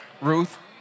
Ruth